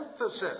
emphasis